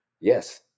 Yes